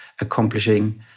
accomplishing